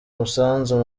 umusanzu